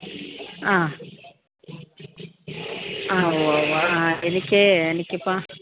ആ ആ ഉവ്വ് ഉവ്വ് ആ എനിക്ക് എനിക്കിപ്പോൾ